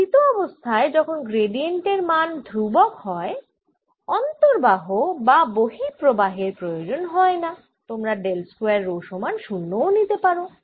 স্থিত অবস্থায় যখন গ্র্যাডিয়েন্ট এর মান ধ্রুবক হয় অন্তর্বাহ বা বহিঃপ্রবাহের প্রয়োজন হয়না তোমরা ডেল স্কয়ার রো সমান শুন্য ও নিতে পারো